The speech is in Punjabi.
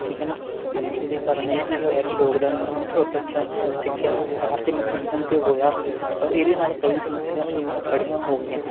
ਠੀਕ ਹੈ ਨਾ ਅਤੇ ਇਹਦੇ ਕਾਰਨ ਇਹ ਹੋਇਆ ਕਿ ਲੋਕਡਾਊਨ ਬ ਬੱਚਿਆਂ ਦਾ ਸਿੱਖਿਆ ਅਤੇ ਸੰਚਾਰ ਅਤੇ ਮੰਨੋਰੰਜਣ 'ਤੇ ਹੋਇਆ ਪਰ ਇਹਦੇ ਨਾਲ ਕਈ ਸਮੱਸਿਆਵਾਂ ਇਵੇਂ ਹੀ ਖੜੀਆਂ ਹੋ ਗਈਆਂ